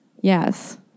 Yes